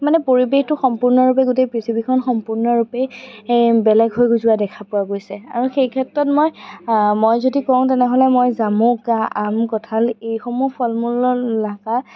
মানে পৰিৱেশটো সম্পূৰ্ণৰূপে গোটেই পৃথিৱীখন সম্পূৰ্ণৰূপে বেলেগ হৈ যোৱা দেখা পোৱা গৈছে আৰু সেইক্ষেত্ৰত মই মই যদি কওঁ তেনেহ'লে মই জামুক আম কঁঠাল এইসমূহ ফল মূলত লগা